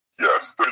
Yes